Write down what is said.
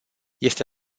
este